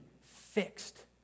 fixed